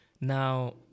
now